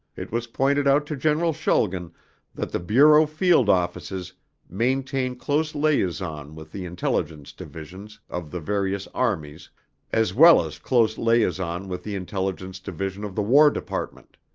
it was pointed out to general schulgen that the bureau field offices maintain close liaison with the intelligence divisions of the various armies as well as close liaison with the intelligence division of the war department.